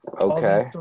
okay